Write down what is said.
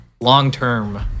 long-term